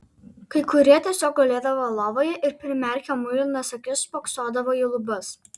kai kurie tiesiog gulėdavo lovoje ir primerkę muilinas akis spoksodavo į lubas